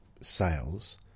sales